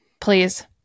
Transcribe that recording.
please